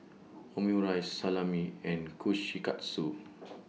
Omurice Salami and Kushikatsu